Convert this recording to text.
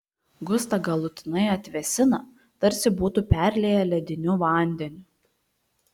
gustą galutinai atvėsina tarsi būtų perlieję lediniu vandeniu